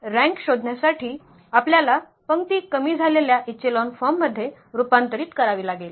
rank शोधण्यासाठी आपल्याला पंक्ती कमी झालेल्या इचेलॉन फॉर्ममध्ये रूपांतरित करावे लागेल